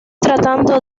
tratando